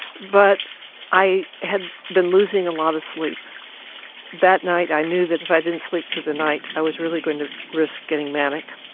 but i had been losing a lot of sleep that night i knew if i didn't sleep through the night i was really going to risk getting manic.